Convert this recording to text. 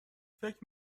فکر